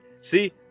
see